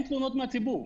אין תלונות מהציבור,